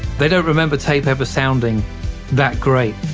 they don't remember tape ever sounding that great